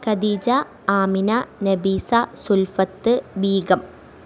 Khadija Amina Nabeesa Sulfath Begum